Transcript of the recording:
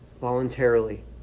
voluntarily